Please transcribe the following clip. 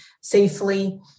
safely